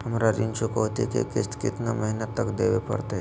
हमरा ऋण चुकौती के किस्त कितना महीना तक देवे पड़तई?